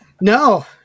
No